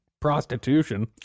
prostitution